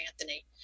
Anthony